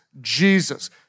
Jesus